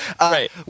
right